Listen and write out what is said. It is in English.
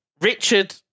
Richard